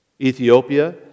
Ethiopia